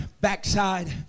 backside